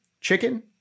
chicken